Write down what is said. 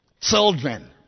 children